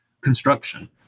construction